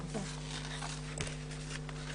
את רוצה לפתוח בינתיים, תמר?